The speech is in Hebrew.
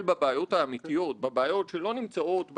העליון האמריקאי לאורך הדורות כולם.